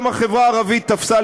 גם החברה הערבית תפסה,